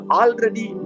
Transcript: already